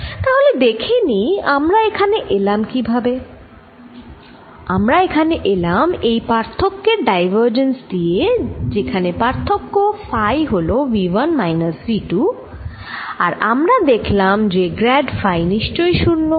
তাহলে দেখে নিই আমরা এখানে এলাম কি ভাবে আমরা এখানে এলাম এই পার্থক্যের ডাইভারজেন্স দিয়ে যেখানে পার্থক্য ফাই হল V 1 মাইনাস V 2 আর আমরা দেখলাম যে গ্র্যাড ফাই নিশ্চই 0